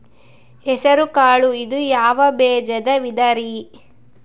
ಹೆಸರುಕಾಳು ಇದು ಯಾವ ಬೇಜದ ವಿಧರಿ?